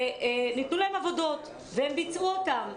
וניתנו להן עבודות, והן ביצעו אותם.